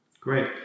Great